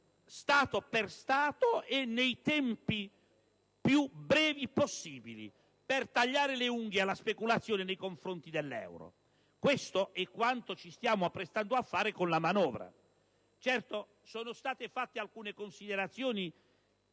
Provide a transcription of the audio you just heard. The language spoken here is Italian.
Stato per Stato e nei tempi più brevi possibili, per tagliare le unghie alla speculazione nei confronti dell'euro. Questo è quanto ci stiamo apprestando a fare con la manovra. Certo, sono state fatte alcune considerazioni,